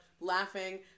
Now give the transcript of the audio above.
laughing